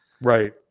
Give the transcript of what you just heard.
right